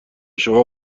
شما